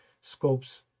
scopes